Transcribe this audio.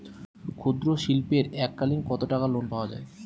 ক্ষুদ্রশিল্পের এককালিন কতটাকা লোন পাওয়া য়ায়?